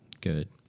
good